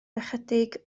ychydig